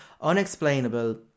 unexplainable